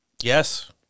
Yes